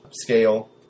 scale